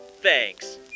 thanks